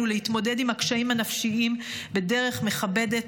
להתמודד עם הקשיים הנפשיים בדרך מכבדת,